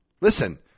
Listen